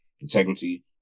integrity